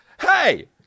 hey